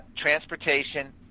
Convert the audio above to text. transportation